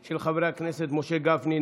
של חברי הכנסת משה גפני,